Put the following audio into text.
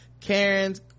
karen's